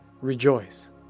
rejoice